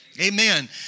Amen